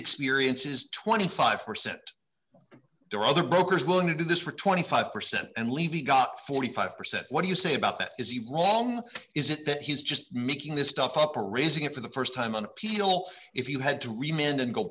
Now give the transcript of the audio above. experience is twenty five percent there are other brokers willing to do this for twenty five percent and levy got forty five percent what do you say about that is he wrong is it that he's just making this stuff up or raising it for the st time on appeal if you had to remain and go